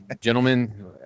gentlemen